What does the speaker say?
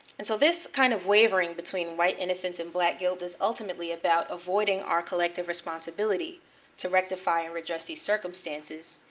and so this kind of wavering between white innocence and black guilt is ultimately about avoiding our collective responsibility to rectify and redress these circumstances.